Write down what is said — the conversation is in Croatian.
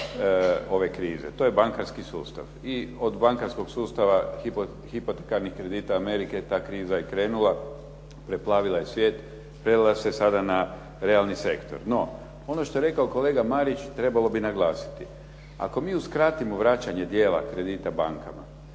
ove krize. To je bankarski sustav. I od bankarskog sustava, hipotekarnih kredita Amerike taj kriza je i krenula, preplavila je svijet, prelila se sada na realni sektor. No ono što je rekao kolega Marić, trebalo bi naglasiti, ako mi uskratimo vraćanje dijela kredita bankama,